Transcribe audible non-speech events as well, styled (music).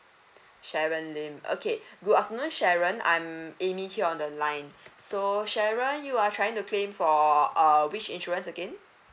sharon lim okay good afternoon sharon I am amy here on the line (breath) so sharon you are trying to claim for err which insurance again